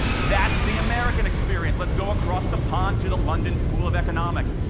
that's the american experience. let's go across the pond to the london school of economics,